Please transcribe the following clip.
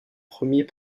premiers